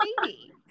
baby